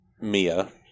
Mia